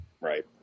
Right